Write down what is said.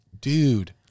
Dude